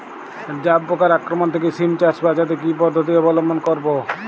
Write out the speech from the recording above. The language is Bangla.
জাব পোকার আক্রমণ থেকে সিম চাষ বাচাতে কি পদ্ধতি অবলম্বন করব?